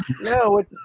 No